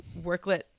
worklet